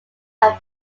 had